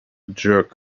jerk